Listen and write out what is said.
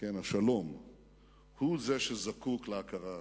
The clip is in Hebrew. השלום הוא זה שזקוק להכרה הזאת.